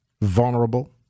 vulnerable